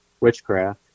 witchcraft